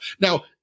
Now